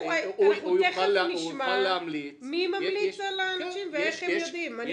אנחנו תיכף נשמע מי ממליץ על האנשים ואיך הם יודעים.